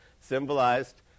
symbolized